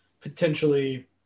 potentially